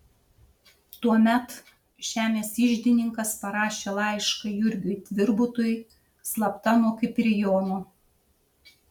tuomet žemės iždininkas parašė laišką jurgiui tvirbutui slapta nuo kiprijono